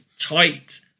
tight